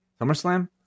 SummerSlam